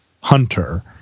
hunter